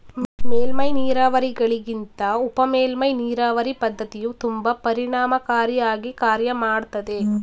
ಮೇಲ್ಮೈ ನೀರಾವರಿಗಳಿಗಿಂತ ಉಪಮೇಲ್ಮೈ ನೀರಾವರಿ ಪದ್ಧತಿಯು ತುಂಬಾ ಪರಿಣಾಮಕಾರಿ ಆಗಿ ಕಾರ್ಯ ಮಾಡ್ತದೆ